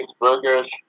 Burgers